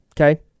okay